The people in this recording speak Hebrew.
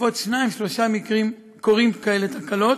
בסביבות שניים-שלושה מקרים קורות כאלה תקלות.